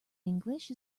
english